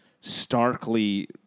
starkly